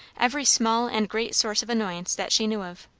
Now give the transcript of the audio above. every small and great source of annoyance that she knew of.